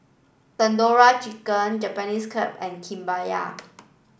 Tandoori Chicken Japanese and Kimbap